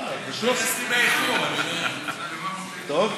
באיחור, טוב.